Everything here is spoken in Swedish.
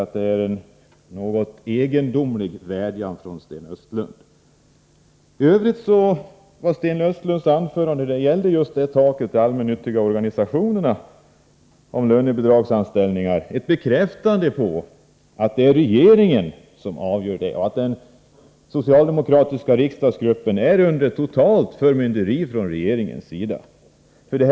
Det är en något egendomlig vädjan från Sten Östlund. I övrigt var de delar av Sten Östlunds anförande som gällde just taket för lönebidraget till de allmännyttiga organisationerna och lönebidragsanställningar en bekräftelse på att det är regeringen som avgör och att den socialdemokratiska riksdagsgruppen totalt står under regeringens förmynderskap.